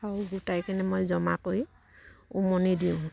আৰু গোটাই কেনে মই জমা কৰি উমনি দিওঁ